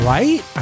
Right